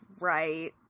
right